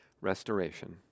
Restoration